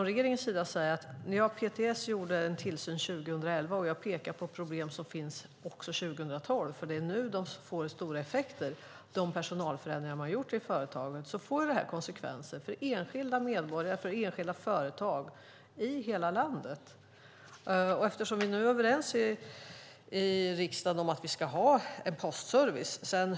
Regeringen säger att PTS utövade tillsyn 2011, men jag pekar på problem som finns 2012. Det är nu de personalförändringar som gjorts i företaget får stora effekter. Det får konsekvenser för enskilda medborgare och företag i hela landet. Vi är överens i riksdagen om att vi ska ha en postservice.